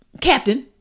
Captain